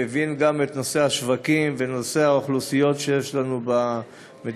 ומבין גם את נושא השווקים ונושא האוכלוסיות שיש לנו במדינה,